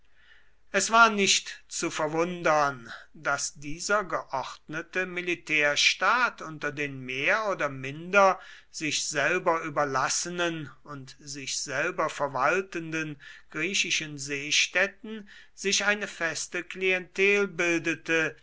es war nicht zu verwundern daß dieser geordnete militärstaat unter den mehr oder minder sich selber überlassenen und sich selber verwaltenden griechischen seestädten sich eine feste klientel bildete